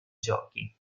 giochi